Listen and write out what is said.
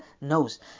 knows